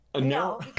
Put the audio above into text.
No